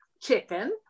chicken